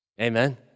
Amen